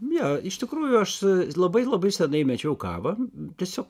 ne iš tikrųjų aš labai labai seniai mečiau kavą tiesiog